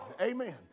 Amen